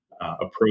approach